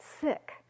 sick